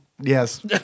Yes